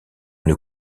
une